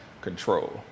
control